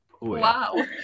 Wow